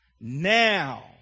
Now